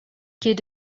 qu’est